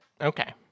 Okay